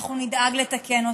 אנחנו נדאג לתקן אותו.